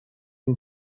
این